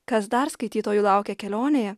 kas dar skaitytojų laukia kelionėje